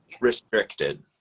Restricted